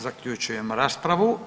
Zaključujem raspravu.